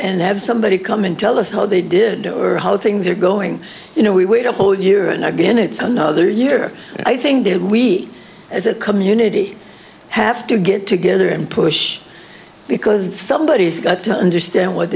and have somebody come in tell us how they did or how things are going you know we wait a whole year and again it's another year i think that we as a community have to get together and push because somebody has got to understand what